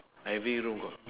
every room got